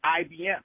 IBM